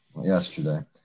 yesterday